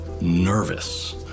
nervous